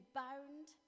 bound